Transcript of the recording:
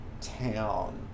town